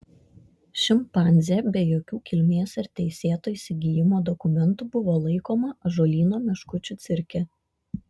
šimpanzė be jokių kilmės ir teisėto įsigijimo dokumentų buvo laikoma ąžuolyno meškučių cirke